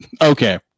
Okay